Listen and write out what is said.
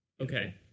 Okay